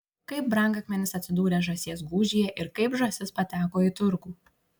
kaip brangakmenis atsidūrė žąsies gūžyje ir kaip žąsis pateko į turgų